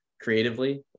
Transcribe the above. creatively